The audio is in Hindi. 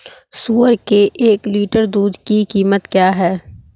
सुअर के एक लीटर दूध की कीमत क्या है?